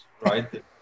right